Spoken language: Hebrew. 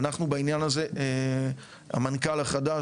בעניין הזה המנכ"ל החדש,